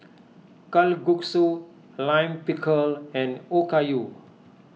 Kalguksu Lime Pickle and Okayu